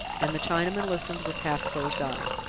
and the chinaman listened with half-closed eyes.